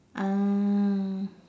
ah